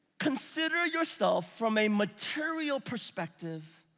consider yourself from a material perspective